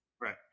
right